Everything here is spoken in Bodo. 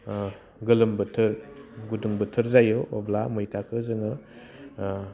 गोलोम बोथोर गुदुं बोथोर जायो अब्ला मैथाखौ जोङो